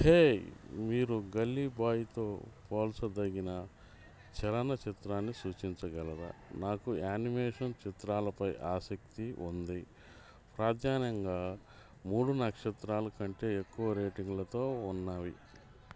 హే మీరు గల్లీ బాయ్తో పోల్చదగిన చలనచిత్రాన్ని సూచించగలరా నాకు యానిమేషన్ చిత్రాలపై ఆసక్తి ఉంది ప్రాధాన్యంగా మూడు నక్షత్రాలు కంటే ఎక్కువ రేటింగ్లతో ఉన్నవి